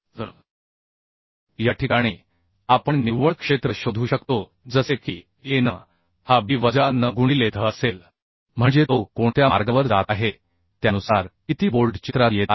तर या ठिकाणी आपण निव्वळ क्षेत्र शोधू शकतो जसे की a n हा b वजा n गुणिले dh असेल म्हणजे तो कोणत्या मार्गावर जात आहे त्यानुसार किती बोल्ट चित्रात येत आहेत